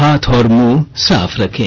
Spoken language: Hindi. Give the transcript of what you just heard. हाथ और मुंह साफ रखें